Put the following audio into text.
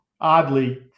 oddly